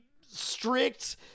strict